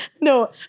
no